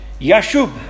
Yashub